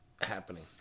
happening